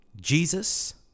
Jesus